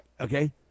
Okay